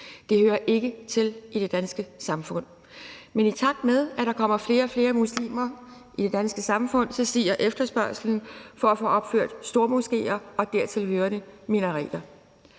Det hører ikke til i det danske samfund. Men i takt med at der kommer flere og flere muslimer i det danske samfund, stiger efterspørgslen for at få opført stormoskéer og dertilhørende minareter.